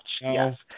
Yes